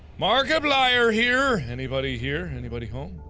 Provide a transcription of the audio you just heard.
markiplier here. anybody here anybody home